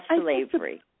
slavery